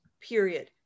period